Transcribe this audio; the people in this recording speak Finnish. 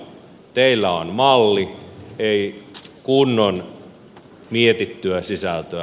teillä on malli ei kunnon mietittyä sisältöä